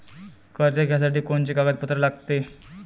कर्ज घ्यासाठी कोनचे कागदपत्र लागते?